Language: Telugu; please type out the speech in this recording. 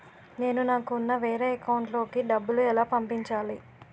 నేను నాకు ఉన్న వేరే అకౌంట్ లో కి డబ్బులు ఎలా పంపించాలి?